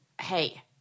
Hey